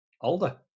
older